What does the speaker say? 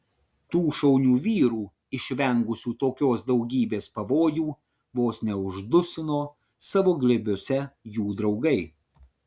tų šaunių vyrų išvengusių tokios daugybės pavojų vos neuždusino savo glėbiuose jų draugai